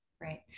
Right